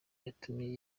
yatumye